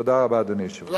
תודה רבה, אדוני היושב-ראש.